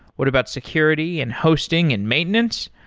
what about security and hosting and maintenance?